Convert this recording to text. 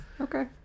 okay